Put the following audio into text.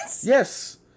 Yes